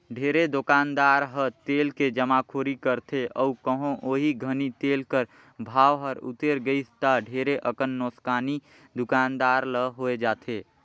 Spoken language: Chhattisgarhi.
ढेरे दुकानदार ह तेल के जमाखोरी करथे अउ कहों ओही घनी तेल कर भाव हर उतेर गइस ता ढेरे अकन नोसकानी दुकानदार ल होए जाथे